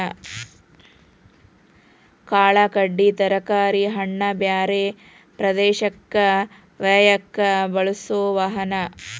ಕಾಳ ಕಡಿ ತರಕಾರಿ ಹಣ್ಣ ಬ್ಯಾರೆ ಪ್ರದೇಶಕ್ಕ ವಯ್ಯಾಕ ಬಳಸು ವಾಹನಾ